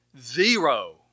zero